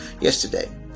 yesterday